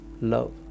love